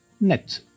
net